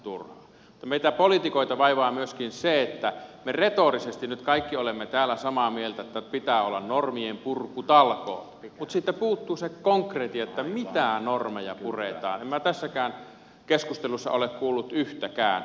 mutta meitä poliitikoita vaivaa myöskin se että me retorisesti nyt kaikki olemme täällä samaa mieltä että pitää olla normienpurkutalkoot mutta siitä puuttuu se konkretia mitä normeja puretaan enkä minä tässäkään keskustelussa ole kuullut yhtäkään esitystä